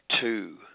two